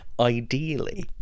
Ideally